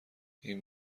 این